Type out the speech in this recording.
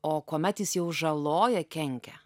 o kuomet jis jau žaloja kenkia